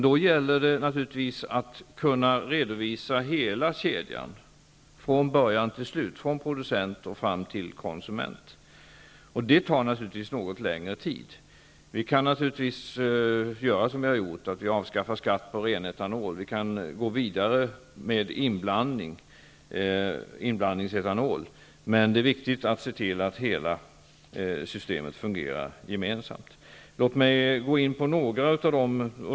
Då gäller det naturligtvis att kunna redovisa hela kedjan från början till slut, från producent och fram till konsument. Det tar något längre tid. Vi kan avskaffa skatt på ren etanol, och vi kan gå vidare med inblandningsetanol, men det är viktigt att se till att hela systemet fungerar gemensamt.